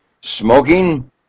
smoking